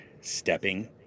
stepping